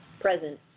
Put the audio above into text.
present